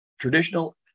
traditional